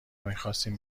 میخواستیم